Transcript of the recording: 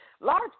large